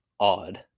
Odd